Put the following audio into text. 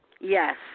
Yes